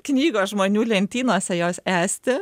knygos žmonių lentynose jos esti